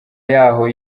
y’aho